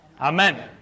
Amen